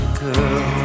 girl